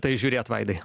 tai žiūrėt vaidai